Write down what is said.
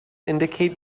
indicate